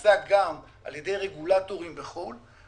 נעשה גם על ידי רגולטורים בחו"ל,